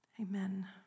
Amen